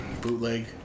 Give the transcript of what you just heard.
Bootleg